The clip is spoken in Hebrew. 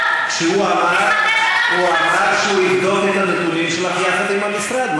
כשהוא אמר שהוא יבדוק את הנתונים שלך יחד עם המשרד?